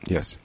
Yes